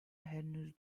henüz